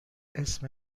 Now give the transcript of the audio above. اسم